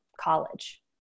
college